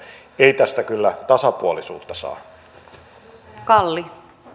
ei tästä kyllä tasapuolisuutta saa